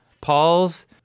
Paul's